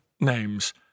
names